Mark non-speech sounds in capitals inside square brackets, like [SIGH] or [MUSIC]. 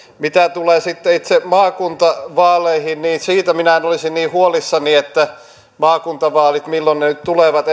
mitä tulee sitten itse maakuntavaaleihin niin siitä minä en olisi niin huolissani että milloin maakuntavaalit nyt tulevat [UNINTELLIGIBLE]